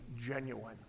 genuine